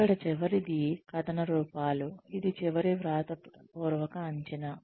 ఇక్కడ చివరిది కథన రూపాలు ఇది చివరి వ్రాతపూర్వక అంచనా